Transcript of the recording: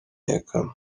kumenyakana